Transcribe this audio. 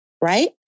right